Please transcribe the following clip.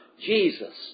Jesus